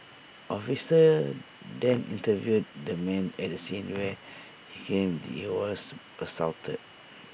officers then interviewed the man at the scene where he claimed he was assaulted